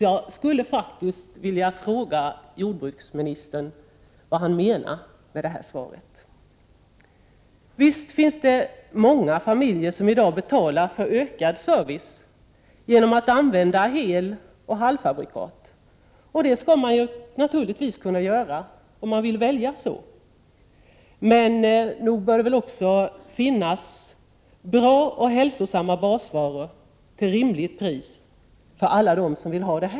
Jag skulle vilja fråga jordbruksministern vad han menar med detta svar. Visst finns det många familjer som i dag betalar för ökad service genom att använda heloch halvfabrikat. Det skall man naturligtvis kunna göra om man vill välja det, men nog bör det också finnas bra och hälsosamma basvaror till rimligt pris för alla dem som vill ha det.